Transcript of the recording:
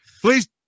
Please